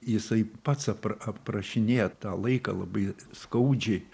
jisai pats apra aprašinėja tą laiką labai skaudžiai